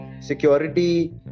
security